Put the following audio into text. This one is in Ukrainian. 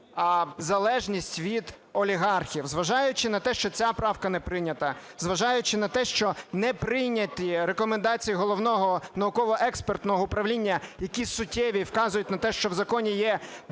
в залежність від олігархів. Зважаючи на те, що ця правка не прийнята, зважаючи на те, що не прийняті рекомендації Головного науково-експертного управління, які суттєві і вказують на те, що в законі є дуже